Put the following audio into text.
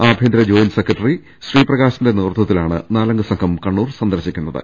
അഭ്യന്തർ joint secretary ശ്രീപ്രകാ ശിന്റെ നേതൃത്വത്തിലാണ് നാലംഗ സംഘം കണ്ണൂർ സന്ദർശിക്കുന്ന ത്